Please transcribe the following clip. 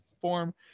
form